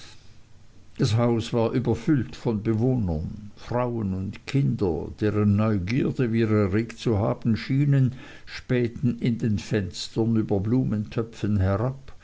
das haus war überfüllt von bewohnern frauen und kinder deren neugierde wir erregt zu haben schienen spähten in den fenstern über blumentöpfe herab